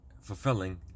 fulfilling